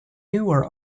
newer